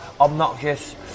obnoxious